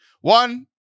One